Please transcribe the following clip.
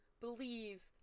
believe